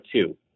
two